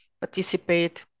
participate